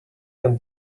can